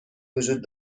وجود